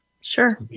Sure